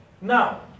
Now